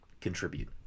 contribute